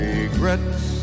Regrets